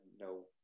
no